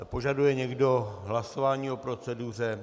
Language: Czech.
Požaduje někdo hlasování o proceduře?